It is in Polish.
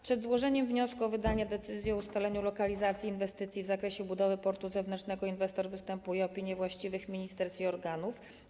Przed złożeniem wniosku o wydanie decyzji o ustaleniu lokalizacji inwestycji w zakresie budowy portu zewnętrznego inwestor występuje o opinie właściwych ministerstw i organów.